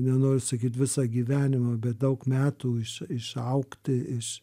nenoriu sakyt visą gyvenimą bet daug metų iš išaugti iš